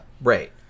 Right